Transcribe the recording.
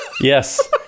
Yes